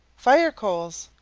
fire-coals.